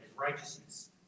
righteousness